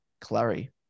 Clary